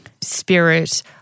spirit